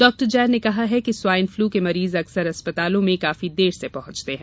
doctor Jain ने कहा कि स्वाइन पलू के मरीज अक्सर अस्पतालों में काफी देर से पहुँचते हैं